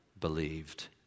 believed